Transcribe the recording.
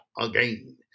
again